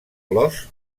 clos